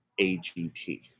AGT